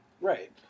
Right